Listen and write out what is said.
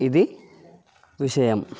ఇది విషయం